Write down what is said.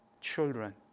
children